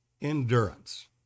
endurance